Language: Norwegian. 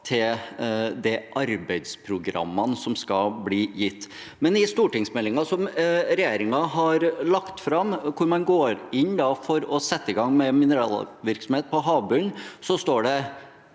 til de arbeidsprogrammene som skal bli gitt. Men i stortingsmeldingen som regjeringen har lagt fram, hvor man går inn for å sette i gang med mineralvirksomhet på havbunnen, står det: